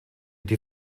die